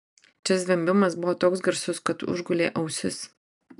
čia zvimbimas buvo toks garsus kad užgulė ausis